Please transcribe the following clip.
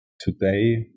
today